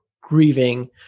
grieving